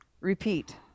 Repeat